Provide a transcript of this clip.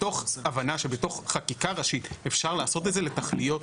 מתוך הבנה שבתוך חקיקה ראשית אפשר לעשות את זה לתכליות